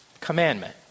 commandment